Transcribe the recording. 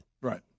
Right